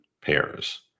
pairs